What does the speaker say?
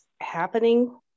happening